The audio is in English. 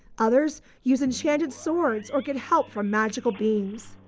others use enchanted swords or get help from magical beans.